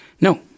No